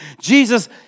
Jesus